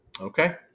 Okay